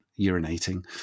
urinating